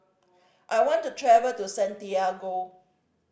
I want to travel to Santiago